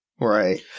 Right